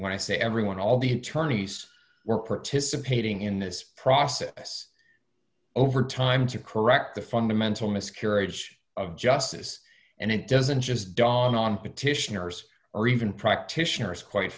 when i say everyone all the attorneys were participating in this process over time to correct the fundamental miscarriage of justice and it doesn't just dawn on petitioners or even practitioners quite